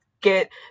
get